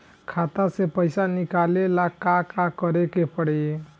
खाता से पैसा निकाले ला का का करे के पड़ी?